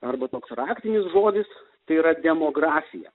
arba toks raktinis žodis tai yra demografija